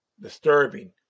Disturbing